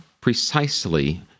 precisely